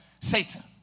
Satan